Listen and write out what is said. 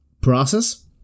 process